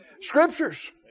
scriptures